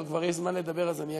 אבל אם כבר יש זמן לדבר אז אני אגיד,